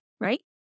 right